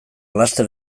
laster